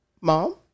mom